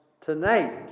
tonight